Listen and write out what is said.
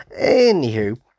Anywho